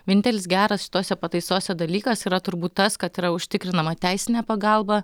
vienintelis geras šitose pataisose dalykas yra turbūt tas kad yra užtikrinama teisinė pagalba